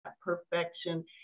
perfection